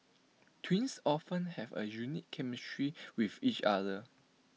twins often have A unique chemistry with each other